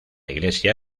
iglesia